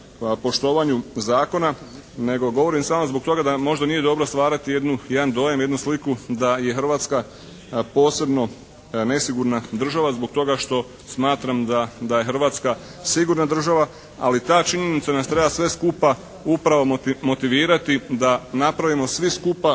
poštovanju zakona nego govorim samo zbog toga da možda nije dobro stvarati jedan dojam, jednu sliku da je Hrvatska posebno nesigurna država zbog toga što smatram da je Hrvatska sigurna država ali ta činjenica nas treba sve skupa upravo motivirati da napravimo svi skupa